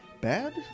bad